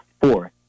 fourth